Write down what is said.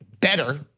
better